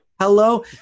hello